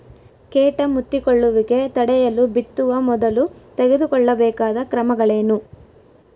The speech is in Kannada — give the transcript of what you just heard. ಕೇಟ ಮುತ್ತಿಕೊಳ್ಳುವಿಕೆ ತಡೆಯಲು ಬಿತ್ತುವ ಮೊದಲು ತೆಗೆದುಕೊಳ್ಳಬೇಕಾದ ಕ್ರಮಗಳೇನು?